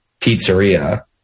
pizzeria